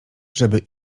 żeby